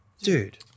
dude